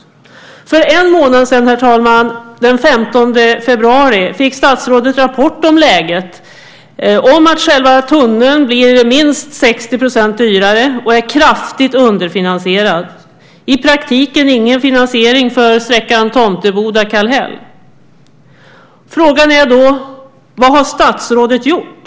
För en månad sedan, herr talman, den 15 februari, fick statsrådet en rapport om läget och att själva tunneln blir minst 60 % dyrare och är kraftigt underfinansierad. I praktiken finns ingen finansiering för sträckan Tomteboda-Kallhäll. Frågan är då: Vad har statsrådet gjort?